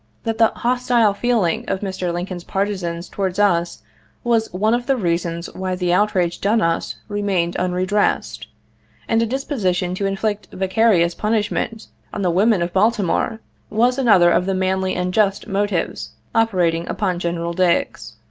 that the hostile feeling of mr. lincoln's partisans towards us was one of the reasons why the outrage done us remained unredressed and a disposition to inflict vicarious punishment on the women of baltimore was another of the manly and just motives operating upon general dix.